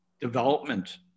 development